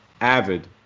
avid